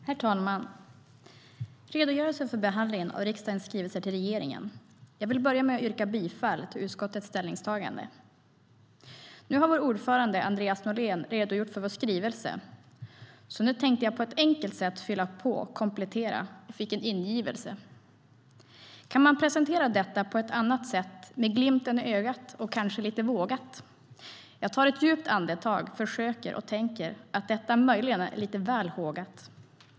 Herr talman! Det handlar om redogörelse för behandlingen av riksdagens skrivelser till regeringen. Jag vill börja med att yrka bifall till utskottets förslag. Nu har vår ordförande, Andreas Norlén, redogjort för vår skrivelse, så nu tänkte jag på ett enkelt sätt fylla på, komplettera, och fick en ingivelse. Kan man presentera detta på ett annat sätt med glimten i ögat och kanske lite vågat? Jag tar ett djupt andetag, försöker och tänker att detta möjligen är lite väl hågat.